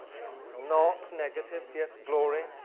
not negatives. yes. glory.